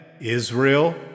Israel